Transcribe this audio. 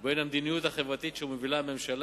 ובין המדיניות החברתית שמובילה הממשלה,